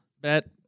bet